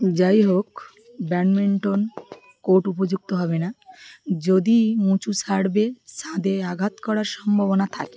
যাইহোক badminton court উপযুক্ত হবে না যদি উঁচু সার্ভে ছাদে আঘাত করার সম্ভাবনা থাকে